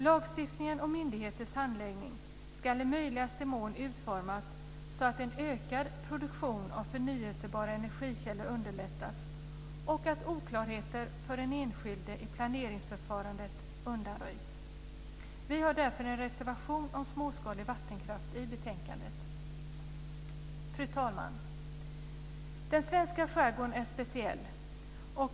Lagstiftningen och myndigheters handläggning ska i möjligaste mån utformas så att en ökad produktion av förnyelsebara energikällor underlättas och så att oklarheter för den enskilde i planeringsförfarandet undanröjs. Vi har därför en reservation om småskalig vattenkraft i betänkandet. Fru talman! Den svenska skärgården är speciell.